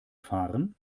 fahren